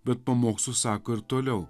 bet pamokslus sako ir toliau